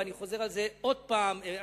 ואני חוזר על זה פעם נוספת,